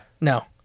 No